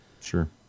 Sure